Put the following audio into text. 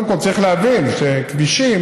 אדוני היושב-ראש,